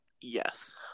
Yes